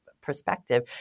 perspective